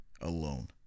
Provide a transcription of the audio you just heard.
alone